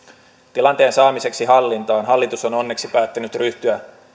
tilanteen saamiseksi hallintaan hallitus on onneksi päättänyt ryhtyä